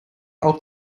auch